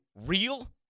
real